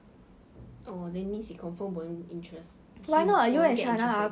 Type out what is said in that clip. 你对自己没有信心